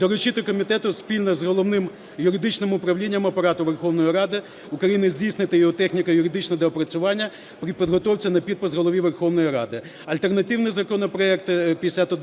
Доручити комітету спільно з Головним юридичним управлінням Апарату Верховної Ради України здійснити його техніко-юридичне доопрацювання при підготовці на підпис Голові Верховної Ради. Альтернативні законопроекти 5122